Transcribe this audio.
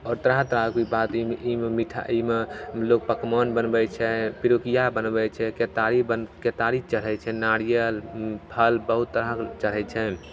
आओर तरह तरहके ओइक बाद ई ई मे मिठाइ ई मे लोक पकमान बनबइ छै पिरुकिया बनबइ छै केतारी बन केतारी चढ़य छै नारियल फल बहुत तरहके चढ़य छनि